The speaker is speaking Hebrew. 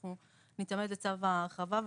סליחה.